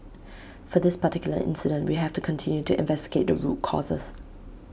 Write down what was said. for this particular incident we have to continue to investigate the root causes